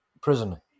prison